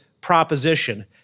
proposition